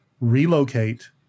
relocate